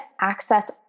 access